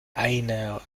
einer